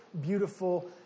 beautiful